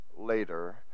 later